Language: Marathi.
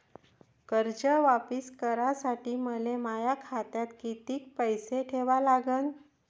कर्ज वापिस करासाठी मले माया खात्यात कितीक पैसे ठेवा लागन?